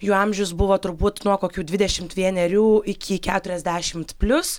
jų amžius buvo turbūt nuo kokių dvidešimt vienerių iki keturiasdešimt plius